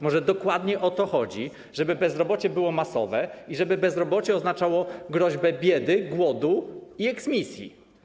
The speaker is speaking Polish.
Może dokładnie o to chodzi, żeby bezrobocie było masowe i żeby oznaczało groźbę biedy, głodu i eksmisji.